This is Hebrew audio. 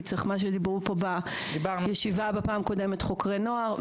כי צריך מה שדיברו פה בישיבה בפעם הקודמת חוקרי נוער,